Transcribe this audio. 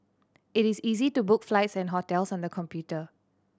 it is easy to book flights and hotels on the computer